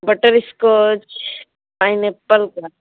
butterscotch pineapple